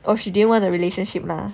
oh she didn't want the relationship lah